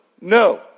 No